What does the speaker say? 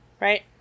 Right